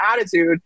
attitude